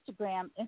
Instagram